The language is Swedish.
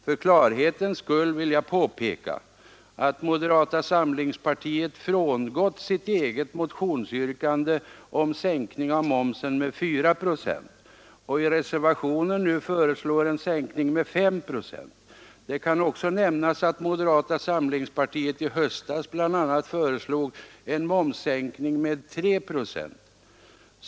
För klarhetens skull vill jag påpeka att moderata samlingspartiet frångått sitt eget motionsyrkande om sänkning av momsen med 4 procent och i reservationen nu föreslår en sänkning med 5 procent. Det kan också nämnas att moderata samlingspartiet i höstas bl.a. föreslog en momssänkning med 3 procent.